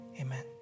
amen